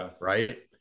Right